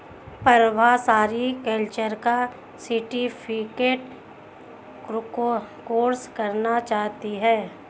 Prabha sericulture का certificate course करना चाहती है